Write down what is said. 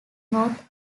north